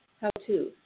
how-to